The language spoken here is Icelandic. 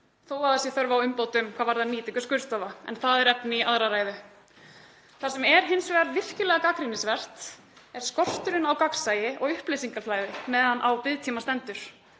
þó að það sé þörf á umbótum hvað varðar nýtingu skurðstofa, en það er efni í aðra ræðu. Það sem er hins vegar virkilega gagnrýnisvert er skorturinn á gagnsæi og upplýsingaflæði meðan á biðtíma stendur.